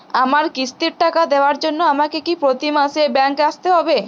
আমার কিস্তির টাকা দেওয়ার জন্য আমাকে কি প্রতি মাসে ব্যাংক আসতে হব?